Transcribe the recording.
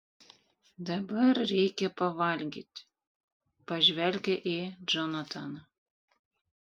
dabar reikia pavalgyti pažvelgia į džonataną